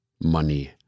money